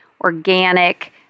organic